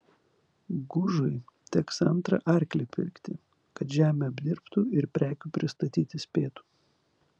gužui teks antrą arklį pirkti kad žemę apdirbtų ir prekių pristatyti spėtų